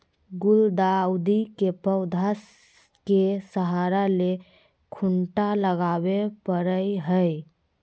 गुलदाऊदी के पौधा के सहारा ले खूंटा लगावे परई हई